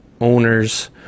owners